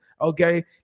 okay